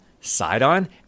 Sidon